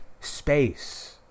space